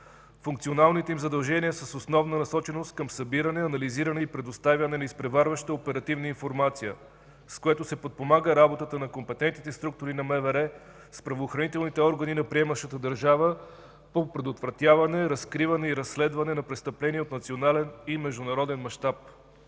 Функционалните им задължения са с основна насоченост към събиране, анализиране и предоставяне на изпреварваща оперативна информация, с което се подпомага работата на компетентните структури на МВР с правоохранителните органи на приемащата държава по предотвратяване, разкриване и разследване на престъпления от национален и международен мащаб.